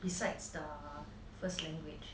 besides the first language